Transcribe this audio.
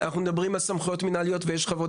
אנחנו מדברים על סמכויות מנהליות יש חוות